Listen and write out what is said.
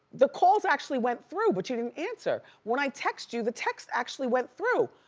the calls actually went through but you didn't answer. when i text you, the text actually went through,